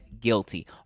guilty